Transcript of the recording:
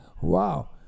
Wow